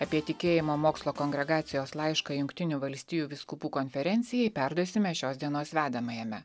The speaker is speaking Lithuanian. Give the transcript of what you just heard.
apie tikėjimo mokslo kongregacijos laišką jungtinių valstijų vyskupų konferencijai perduosime šios dienos vedamajame